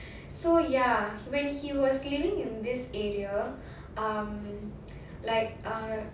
so ya when he was living in this area um like err